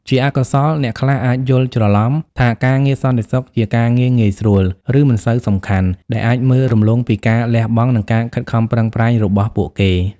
ជាអកុសល អ្នកខ្លះអាច យល់ច្រឡំ ថាការងារសន្តិសុខជាការងារងាយស្រួល ឬមិនសូវសំខាន់ ដែលអាចមើលរំលងពីការលះបង់ និងការខិតខំប្រឹងប្រែងរបស់ពួកគេ។